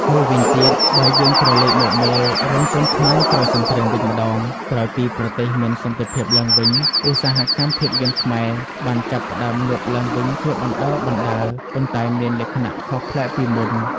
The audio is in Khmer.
មួយវិញទៀតបើយើងក្រលេកមកមើល រោងកុនខ្មែរក្រោយសង្គ្រាមវិញម្តង ក្រោយពីប្រទេសមានសន្តិភាពឡើងវិញ ឧស្សាហកម្មភាពយន្តខ្មែរបានចាប់ផ្ដើមងើបឡើងវិញជាបណ្ដើរៗ ប៉ុន្តែមានលក្ខណៈខុសប្លែកពីមុន។